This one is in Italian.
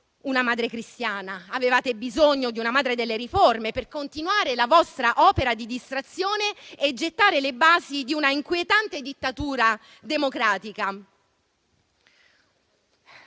una madre cristiana, avevate bisogno di una madre delle riforme per continuare la vostra opera di distrazione e gettare le basi di una inquietante dittatura democratica.